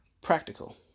practical